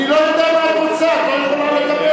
אני לא יודע מה את רוצה, את לא יכולה לדבר.